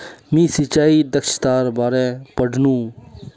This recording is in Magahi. मी सिंचाई दक्षतार बारे पढ़नु